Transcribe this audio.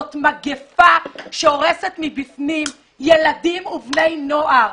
זאת מגפה שהורסת מבפנים ילדים ובני נוער.